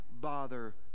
bother